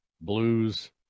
blues